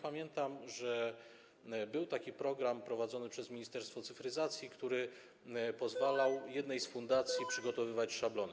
Pamiętam, że był taki program prowadzony przez Ministerstwo Cyfryzacji, który pozwalał jednej z fundacji przygotowywać szablony.